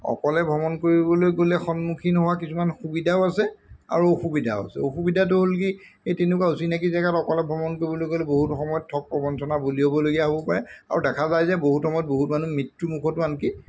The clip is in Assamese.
অকলে ভ্ৰমণ কৰিবলৈ গ'লে সন্মুখীন হোৱা কিছুমান সুবিধাও আছে আৰু অসুবিধাও আছে অসুবিধাটো হ'ল কি এই তেনেকুৱা অচিনাকি জেগাত অকলে ভ্ৰমণ কৰিবলৈ গ'লে বহুত সময়ত ঠগ প্ৰবঞ্চনা বলি হ'বলগীয়া হ'ব পাৰে আৰু দেখা যায় যে বহুত সময়ত বহুত মানুহ মৃত্যুমুখতো আনকি